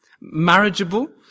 marriageable